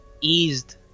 eased